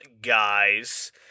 guys